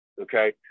okay